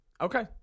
Okay